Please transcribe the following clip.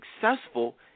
successful